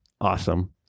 Awesome